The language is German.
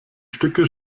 stücke